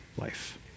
life